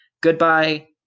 Goodbye